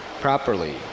properly